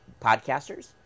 podcasters